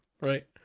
right